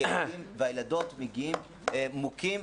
כי הילדים והילדות מגיעים מוכים.